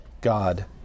God